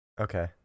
okay